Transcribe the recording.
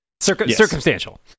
Circumstantial